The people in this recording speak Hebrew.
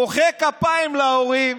מוחא כפיים להורים